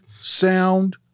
sound